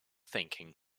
thinking